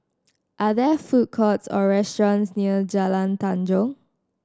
are there food courts or restaurants near Jalan Tanjong